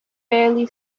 barely